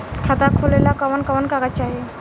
खाता खोलेला कवन कवन कागज चाहीं?